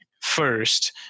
first